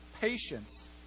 patience